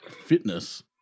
fitness